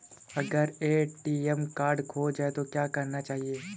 अगर ATM card खो जाए तो क्या करना चाहिए?